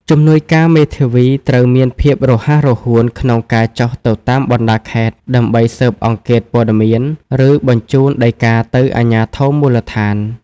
ជំនួយការមេធាវីត្រូវមានភាពរហ័សរហួនក្នុងការចុះទៅតាមបណ្តាខេត្ត ដើម្បីស៊ើបអង្កេតព័ត៌មាន ឬបញ្ជូនដីកាទៅអាជ្ញាធរមូលដ្ឋាន។